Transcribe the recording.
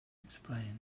explained